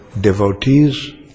devotees